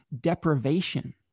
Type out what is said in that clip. deprivation